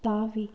தாவி